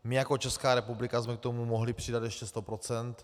My jako Česká republika jsme k tomu mohli přidat ještě sto procent.